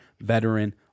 veteran